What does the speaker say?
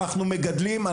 אנחנו מגדלים,